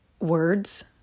words